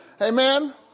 Amen